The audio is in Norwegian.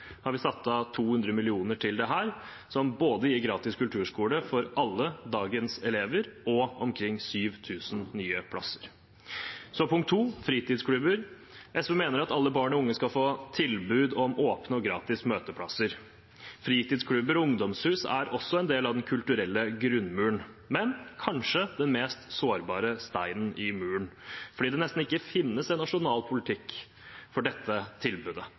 har vi satt av 200 mill. kr til dette, noe som gir både gratis kulturskole for alle dagens elever og omkring 7 000 nye plasser. Det andre er fritidsklubber. SV mener at alle barn og unge skal få tilbud om åpne og gratis møteplasser. Fritidsklubber og ungdomshus er også en del av Den kulturelle grunnmuren, men kanskje den mest sårbare steinen i muren fordi det nesten ikke finnes en nasjonal politikk for dette tilbudet.